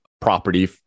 property